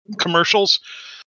commercials